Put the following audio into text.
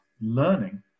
learning